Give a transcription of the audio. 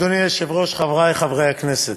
אדוני היושב-ראש, חברי חברי הכנסת,